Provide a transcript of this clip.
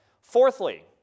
Fourthly